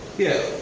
yeah,